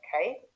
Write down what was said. okay